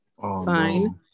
Fine